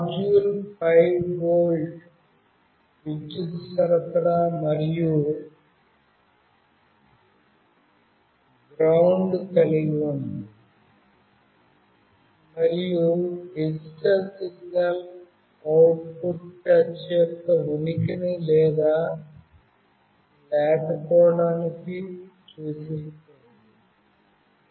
module 5 volt విద్యుత్ సరఫరా మరియు గ్రౌండ్ కలిగి ఉంది మరియు డిజిటల్ సిగ్నల్ అవుట్పుట్ టచ్ యొక్క ఉనికిని లేదా లేకపోవడాన్ని సూచిస్తుంది